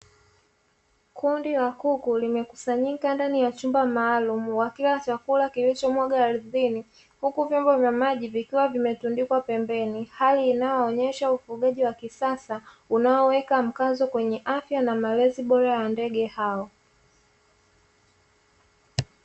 Kundi la kuku limekusanyika ndani ya chumba maalumu wakila chakula kilichomwagwa ardhini, huku vyombo vya maji vikiwa vimetundikwa pembeni. Hali inayoonesha ufugaji wa kisasa unaoweka mkazo kwenye afya na malezi bora kwenye ndege hao.